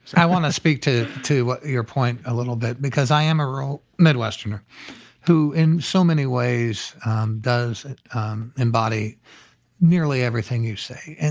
i want to speak to speak to your point a little bit because i am a rural midwesterner who in so many ways does embody nearly everything you say. and